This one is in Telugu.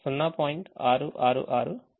ఇప్పుడు Y1 0